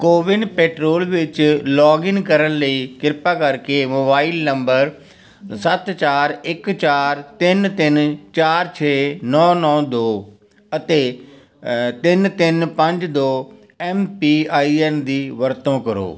CoWIN portal ਵਿੱਚ login ਕਰਨ ਲਈ ਕਿਰਪਾ ਕਰਕੇ ਮੋਬਾਈਲ ਨੰਬਰ ਸੱਤ ਚਾਰ ਇੱਕ ਚਾਰ ਤਿੰਨ ਤਿੰਨ ਚਾਰ ਛੇ ਨੌਂ ਨੌਂ ਦੋ ਅਤੇ ਤਿੰਨ ਤਿੰਨ ਪੰਜ ਦੋ ਐਮ ਪੀ ਆਈ ਐਨ ਦੀ ਵਰਤੋਂ ਕਰੋ